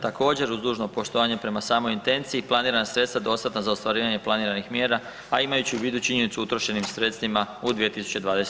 Također uz dužno poštovanje prema samoj intenciji planirana sredstva dostatna za ostvarivanje planiranih mjera, a imajući u vidu činjenicu o utrošenim sredstvima u 2020. godini.